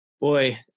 Boy